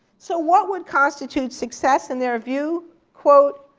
so what would constitute success in their view? quote,